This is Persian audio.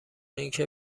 اینکه